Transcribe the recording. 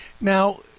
Now